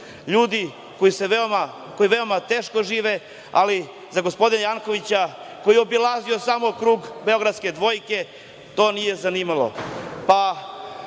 LJudi koji veoma teško žive, ali za gospodina Jankovića koji je obilazio samo krug beogradske dvojke, to ga nije zanimalo.